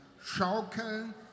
schaukeln